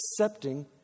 accepting